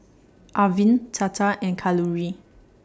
Arvind Tata and Kalluri